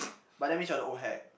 but that means you're the old hag